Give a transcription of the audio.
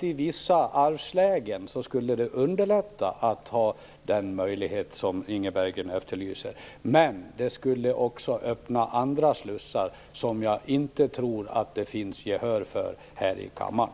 I vissa arvslägen skulle det naturligtvis underlätta att ha den möjlighet som Inga Berggren efterlyser, men det skulle också öppna andra slussar som jag inte tror att det finns gehör för i kammaren.